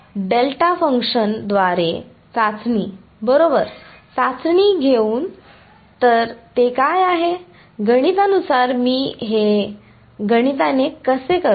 delta फंक्शनद्वारे चाचणी बरोबर चाचणी करून तर ते काय आहे गणितानुसार मी हे कसे गणितीने करतो